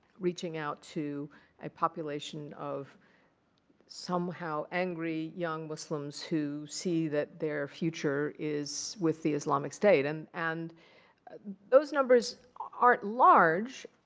reaching out to a population of somehow angry young muslims who see that their future is with the islamic state. and and those numbers aren't large,